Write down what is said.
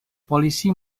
polisi